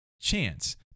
chance